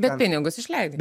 bet pinigus išleidi